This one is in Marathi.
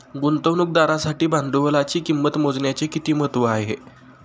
गुंतवणुकदारासाठी भांडवलाची किंमत मोजण्याचे किती महत्त्व आहे?